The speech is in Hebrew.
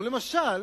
הוא למשל